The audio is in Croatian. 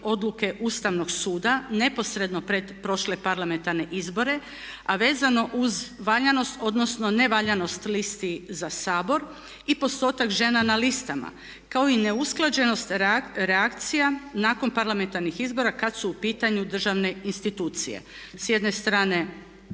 odluke Ustavnog suda neposredno pred prošle parlamentarne izbore a vezano uz valjanost odnosno nevaljanost listi za Sabor i postotak žena na listama kao i neusklađenost reakcija nakon parlamentarnih izbora kad su u pitanju državne institucije. S jedne strane